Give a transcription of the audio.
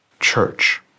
church